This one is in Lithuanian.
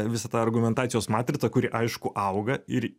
visą tą argumentacijos matricą kuri aišku auga ir